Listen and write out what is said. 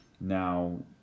now